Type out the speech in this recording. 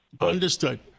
understood